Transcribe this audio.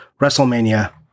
Wrestlemania